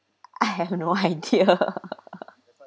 I have no idea